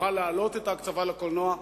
נוכל להגדיל את ההקצבה לקולנוע,